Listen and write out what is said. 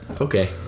okay